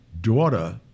daughter